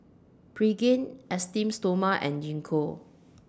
Pregain Esteem Stoma and Gingko